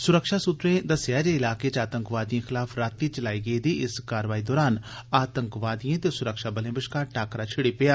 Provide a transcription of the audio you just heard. सुरक्षा सूत्रे दस्सेया ऐ जे इलाके च आतंकवादियें खलाफ राती चलाई गेदी इस कारवाई दौरान आतंकवादियें ते स्रक्षाबलें बश्कार टाकरा छिड़ी पेया